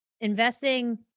investing